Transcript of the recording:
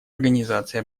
организации